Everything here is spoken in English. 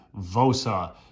Vosa